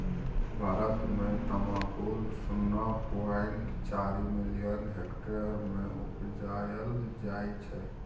भारत मे तमाकुल शुन्ना पॉइंट चारि मिलियन हेक्टेयर मे उपजाएल जाइ छै